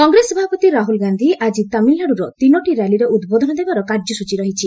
କଂଗ୍ରେସ ସଭାପତି ରାହୁଲ ଗାନ୍ଧି ଆଜି ତାମିଲନାଡ଼ୁର ତିନୋଟି ର୍ୟାଲିରେ ଉଦ୍ବୋଧନ ଦେବାର କାର୍ଯ୍ୟସ୍ଟଚୀ ରହିଛି